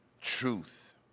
Truth